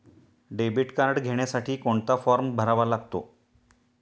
Debit card घेण्यासाठी कोणता form भरावा लागतो?